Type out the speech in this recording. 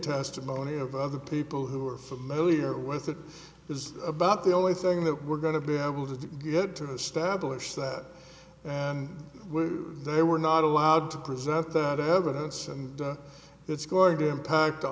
testimony of other people who are familiar with it is about the only thing that we're going to be able to get to establish that and they were not allowed to present that evidence and it's going to impact